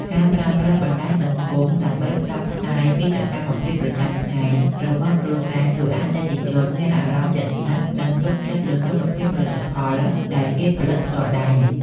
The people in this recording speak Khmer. ការប្រើប្រាស់បណ្ដាញសង្គមដើម្បីផ្សព្វផ្សាយពីសកម្មភាពប្រចាំថ្ងៃរបស់គ្រួសារ ជួយឱ្យអតិថិជនមានអារម្មណ៍ជិតស្និទ្ធ និងទុកចិត្តលើគុណភាពផលិតផលដែលគេផលិតផ្ទាល់ដៃ។